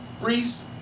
Reese